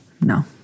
No